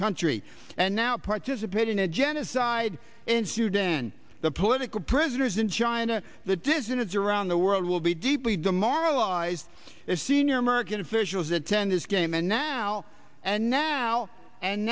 country and now participate in a genocide in sudan the political prisoners in china the dizziness around the world will be deeply demoralized is senior american officials attend this game and now and now and